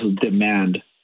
demand